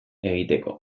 egiteko